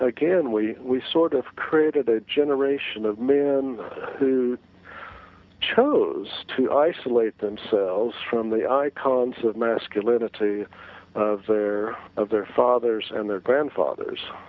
again we we sort of created a generation of men who chose to isolate themselves from the icons of masculinity of their of their fathers and their grandfathers,